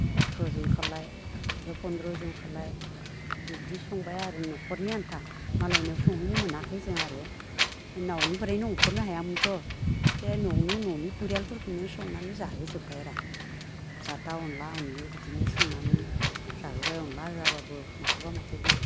अथ्र'जन खालाय बा पन्द्र'जन खालाय बेबायदि संबाय आरो न'खरनि आन्था मालायनियाव संहैनो मोनाखै जोंहा आरो न'आवनिफ्रायनो ओंखारनो हायामोनथ' बे न'आवनो न'नि परियालफोरखोनो संनानै जाहोबबायरा जाथा अनद्ला अनलि बिदिनो संनानै जाहोबाय अनद्ला अनद्ला होआब्लाबो माखौबा माखोबि